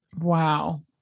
Wow